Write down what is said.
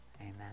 amen